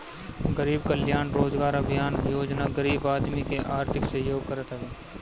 गरीब कल्याण रोजगार अभियान योजना गरीब आदमी के आर्थिक सहयोग करत हवे